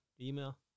email